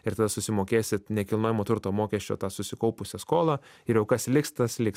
ir tada susimokėsit nekilnojamo turto mokesčio tą susikaupusią skolą ir jau kas liks tas liks